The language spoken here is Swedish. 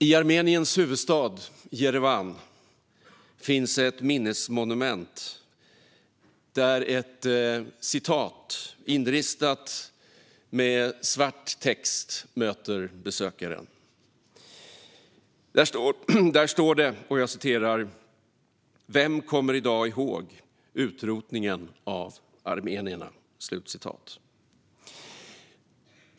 I Armeniens huvudstad Jerevan finns ett minnesmonument där ett citat, inristat med svart text, möter besökaren. Det står: Vem kommer i dag ihåg utrotningen av armenierna?